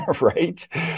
Right